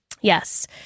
Yes